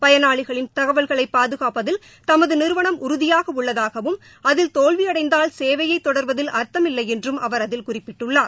பயனாளிகளின் தகவல்களை பாதுகாப்பதில் தமது நிறுவனம் உறுதியாக உள்ளதாகவும் அதில் தோல்வியடைந்தால் சேவை தொடர்வதில் அர்த்தம் இல்லை என்றும் அவர் அதில் குறிப்பிட்டுள்ளார்